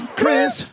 chris